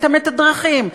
את המתדרכים,